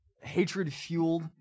hatred-fueled